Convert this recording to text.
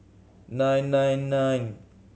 nine nine nine